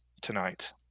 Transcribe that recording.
tonight